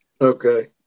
Okay